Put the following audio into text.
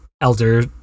elder